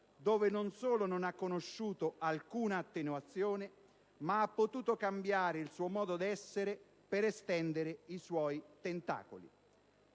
cui non solo non ha conosciuto alcuna attenuazione, ma anzi ha potuto cambiare il suo modo d'essere per estendere i suoi tentacoli.